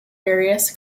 various